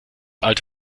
alte